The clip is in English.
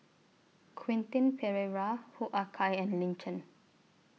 Quentin Pereira Hoo Ah Kay and Lin Chen